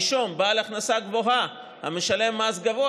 נישום בעל הכנסה גבוהה המשלם מס גבוה